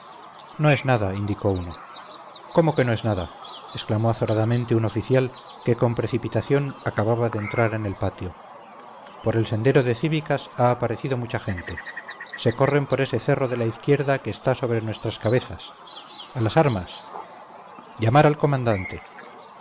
no es nada indicó uno cómo que no es nada exclamó azoradamente un oficial que con precipitación acababa de entrar en el patio por el sendero de cíbicas ha aparecido mucha gente se corren por ese cerro de la izquierda que está sobre nuestras cabezas a las armas llamar al comandante